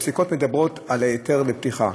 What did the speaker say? הפסיקות מדברות על היתר פתיחה.